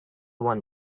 one